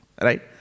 right